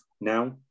now